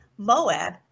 Moab